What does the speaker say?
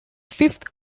fifth